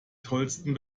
tollsten